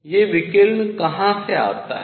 यह विकिरण कहाँ से आता है